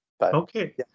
Okay